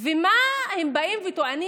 ומה הם באים וטוענים?